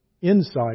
insight